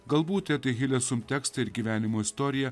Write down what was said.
galbūt tie tai hilesum tekstai ir gyvenimo istorija